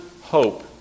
hope